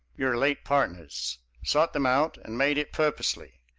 your late partners sought them out and made it purposely.